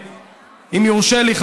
ואם יורשה לי,